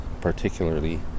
particularly